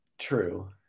true